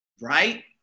right